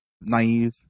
naive